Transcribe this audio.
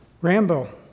Rambo